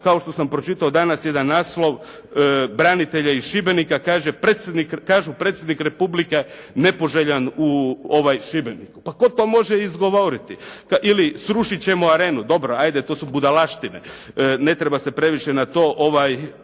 kao što sam pročitao danas jedan naslov branitelja iz Šibenika kaže, kažu: «Predsjednik Republike nepoželjan u Šibeniku.» Pa tko to može izgovoriti? Ili: «Srušit ćemo Arenu». Dobro, ajde to su budalaštine. Ne treba se previše na to odnositi.